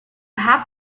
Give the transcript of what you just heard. have